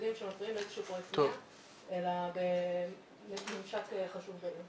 בודדים שמפריעים לאיזה שהוא פרויקט בניה אלא בממשק חשוב באמת.